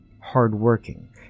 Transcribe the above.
hardworking